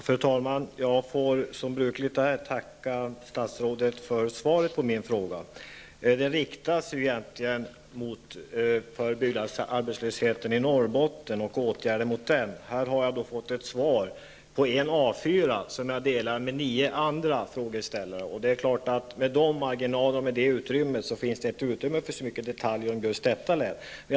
Fru talman! Jag får, som brukligt är, tacka statsrådet för svaret på min fråga. Frågan gällde egentligen byggarbetslösheten i Norrbotten och åtgärder mot den. Här har jag fått ett svar på en A4-sida som jag delar med nio andra frågeställare, och med de marginalerna finns det inte utrymme för så mycket detaljer om just detta län.